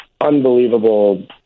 unbelievable